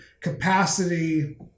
capacity